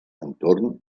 entorn